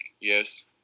Yes